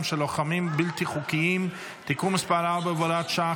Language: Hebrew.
של לוחמים בלתי חוקיים (תיקון מס' 4 והוראת שעה,